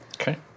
Okay